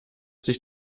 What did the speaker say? sich